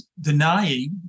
denying